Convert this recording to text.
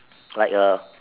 like a